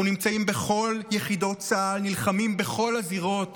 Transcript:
אנחנו נמצאים בכל יחידות צה"ל, נלחמים בכל הזירות